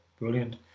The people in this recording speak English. Brilliant